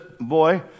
boy